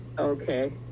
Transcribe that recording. Okay